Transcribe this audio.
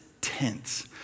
tense